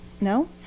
No